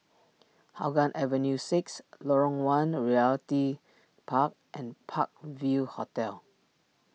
Hougang Avenue six Lorong one Realty Park and Park View Hotel